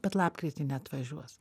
bet lapkritį neatvažiuos